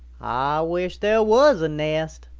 ah wish there was a nest.